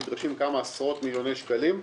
נדרשים כמה עשרות מיליוני שקלים,